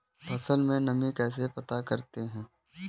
फसल में नमी कैसे पता करते हैं?